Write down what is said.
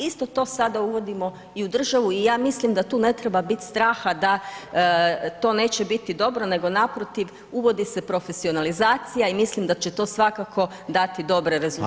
Isto to sada uvodimo i u državu i ja mislim da tu ne treba biti straha da to neće biti dobro nego naprotiv, uvodi se profesionalizacija i mislim da će to svakako dati dobre rezultate.